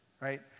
right